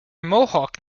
mohawk